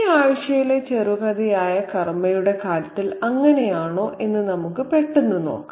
ഈ ആഴ്ചയിലെ ചെറുകഥയായ 'കർമ'യുടെ കാര്യത്തിൽ അങ്ങനെയാണോ എന്ന് നമുക്ക് പെട്ടെന്ന് നോക്കാം